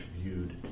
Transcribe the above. viewed